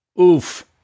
Oof